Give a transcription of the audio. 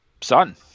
Son